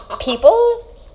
people